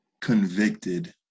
convicted